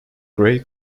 gray